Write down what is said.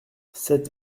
sept